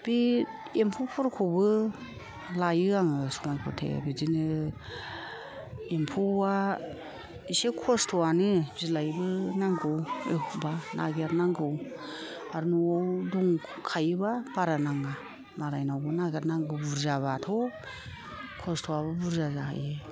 बे एम्फौफोरखौबो लायो आङो सम फथे बिदिनो एमफौआ एसे खसथ'यानो बिलाइबो नांगौ नागिरनांगौ आरो न'आव दंखायोबा बारा नाङा मालायनाव नागिरनांगौ बुरजा बाथ' खस्थ'याबो बुरजा जाहैयो